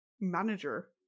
manager